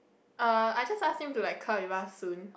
err I just ask him to like come with us soon